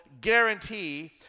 guarantee